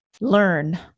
learn